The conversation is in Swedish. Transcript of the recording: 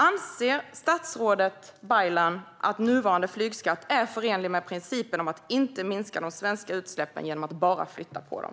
Anser statsrådet Baylan att nuvarande flygskatt är förenlig med principen om att inte minska de svenska utsläppen genom att flytta dem?